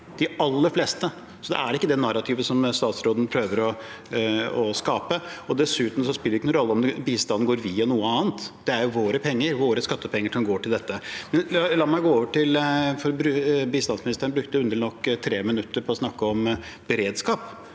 de aller fleste. Så det er ikke det narrativet som statsråden prøver å skape. Dessuten spiller det jo ikke noen rolle om bistanden går via noe annet. Det er våre penger, våre skattepenger, som går til dette. La meg gå over til noe annet, for bistandsministeren brukte underlig nok 3 minutter på å snakke om beredskap